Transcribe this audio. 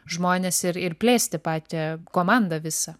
žmones ir ir plėsti pate komandą visą